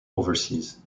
overseas